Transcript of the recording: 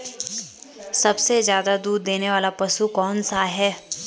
सबसे ज़्यादा दूध देने वाला पशु कौन सा है?